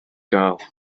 gael